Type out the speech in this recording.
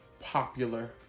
popular